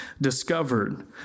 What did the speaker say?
discovered